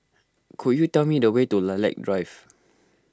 could you tell me the way to Lilac Drive